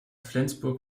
flensburg